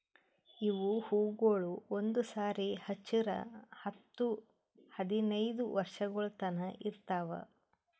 ಇವು ಹೂವುಗೊಳ್ ಒಂದು ಸಾರಿ ಹಚ್ಚುರ್ ಹತ್ತು ಹದಿನೈದು ವರ್ಷಗೊಳ್ ತನಾ ಇರ್ತಾವ್